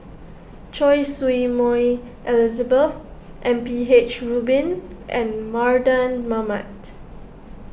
Choy Su Moi Elizabeth M P H Rubin and Mardan Mamat